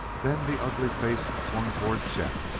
then the ugly face swung toward chet,